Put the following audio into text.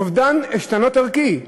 אובדן עשתונות ערכי,